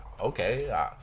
okay